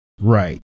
Right